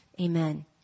Amen